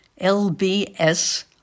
LBS